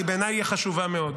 כי בעיניי היא חשובה מאוד.